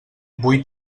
vull